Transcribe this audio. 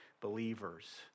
believers